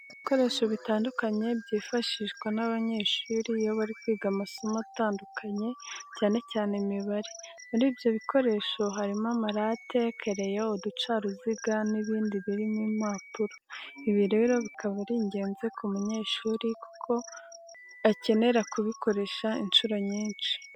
Ni ibikoresho bitandukanye byifahishwa n'abanyeshuri iyo bari kwiga amasomo atandukanye cyane cyane Imibare. Muri ibyo bikoresho harimo amarate, kereyo, uducaruziga n'ibindi birimo impapuro. Ibi rero bikaba ari ingenzi ku munyeshuri kuko akenera kubikoresha inshuro nyinshi.